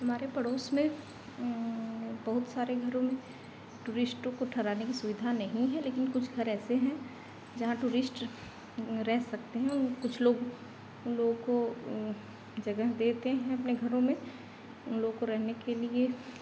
हमारे पड़ोस में बहुत सारे घरों में टूरिस्टों को ठहराने की सुविधा नहीं है लेकिन कुछ घर ऐसे हैं जहाँ टूरिस्ट रह सकते हैं कुछ लोग लोगों को जगह देते हैं अपने घरों में उन लोगों को रहने के लिए